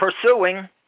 pursuing